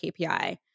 KPI